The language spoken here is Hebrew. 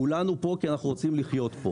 כולנו כאן כי אנחנו רוצים לחיות כאן